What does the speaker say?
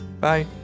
Bye